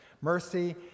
Mercy